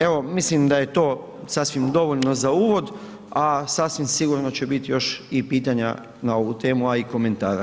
Evo, mislim da je to sasvim dovoljno za uvod, a sasvim sigurno će biti još i pitanja na ovu temu, a i komentara.